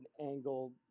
angle